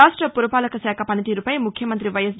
రాష్ట పురపాలక శాఖ పనితీరుపై ముఖ్యమంతి వైఎస్